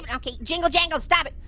and okay, jingle jangle, stop it,